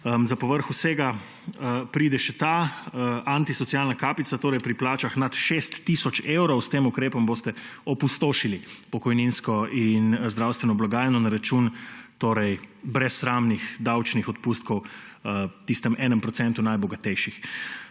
Za povrh vsega pride še ta antisocialna kapica, torej pri plačah nad 6 tisoč evrov. S tem ukrepom boste opustošili pokojninsko in zdravstveno blagajno na račun brezsramnih davčnih odpustkov tistemu enemu procentu najbogatejših.